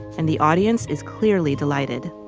and the audience is clearly delighted,